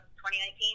2019